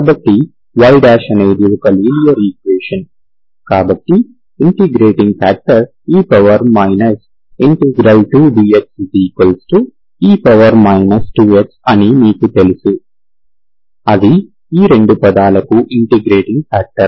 కాబట్టి y అనేది ఒక లీనియర్ ఈక్వేషన్ కాబట్టి integrating factor e ∫2dxe 2x అని మీకు తెలుసు అది ఈ 2 పదాలకు ఇంటిగ్రేటింగ్ ఫ్యాక్టర్